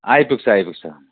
आइपुग्छ आइपुग्छ